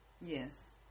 Yes